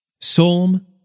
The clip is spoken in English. Psalm